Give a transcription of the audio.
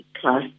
class